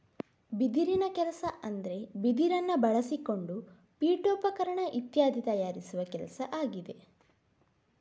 ಬಿದಿರಿನ ಕೆಲಸ ಅಂದ್ರೆ ಬಿದಿರನ್ನ ಬಳಸಿಕೊಂಡು ಪೀಠೋಪಕರಣ ಇತ್ಯಾದಿ ತಯಾರಿಸುವ ಕೆಲಸ ಆಗಿದೆ